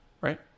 right